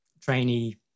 trainee